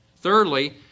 Thirdly